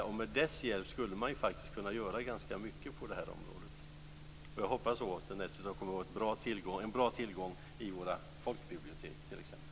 Med grammatikens hjälp skulle man faktiskt kunna göra ganska mycket på det här området. Jag hoppas att den dessutom kommer att vara en bra tillgång på våra folkbibliotek t.ex.